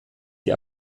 die